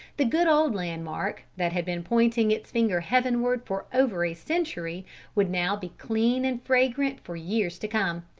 the good old landmark that had been pointing its finger heavenward for over a century would now be clean and fragrant for years to come,